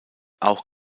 auch